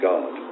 God